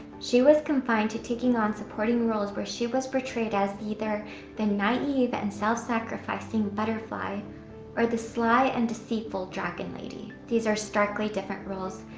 she was confined to taking on supporting roles where she was portrayed as either the naive and self-sacrificing butterfly or the sly and deceitful dragon lady. these are starkly different roles,